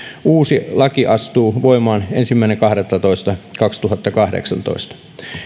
uusi laki astuu voimaan ensimmäinen kahdettatoista kaksituhattakahdeksantoista